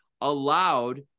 allowed